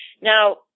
now